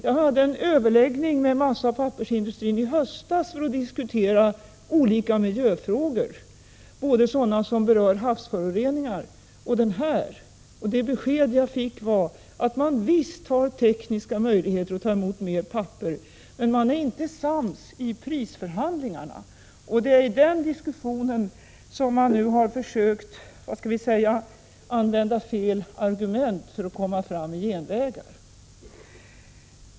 Jag hade en överläggning med företrädare för massaoch pappersindustrin i höstas för att diskutera olika miljöfrågor — både sådana som berör havsföroreningar och de frågor jag nu berört. Det besked jag fick var att man visst har tekniska möjligheter att ta emot mer papper, men man är inte sams i prisförhandlingarna. Det är i den diskussionen som man nu har försökt låt mig säga använda fel argument för att komma fram på genvägar.